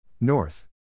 North